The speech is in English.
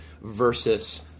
versus